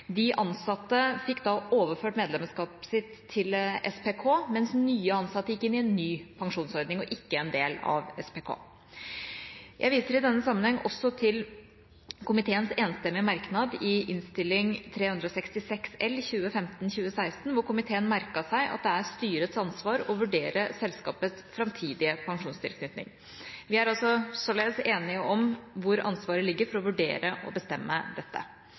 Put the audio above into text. De ansatte fikk da overført medlemskapet sitt til SPK, mens nye ansatte gikk inn i en ny pensjonsordning, ikke en del av SPK. Jeg viser i denne sammenheng til komiteens enstemmige merknad i Innst. 366 L for 2015–2016, hvor komiteen merket seg at det er styrets ansvar å vurdere selskapets framtidige pensjonstilknytning. Vi er således enige om hvor ansvaret ligger for å vurdere og bestemme dette.